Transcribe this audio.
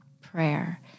prayer